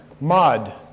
mud